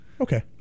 Okay